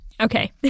Okay